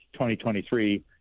2023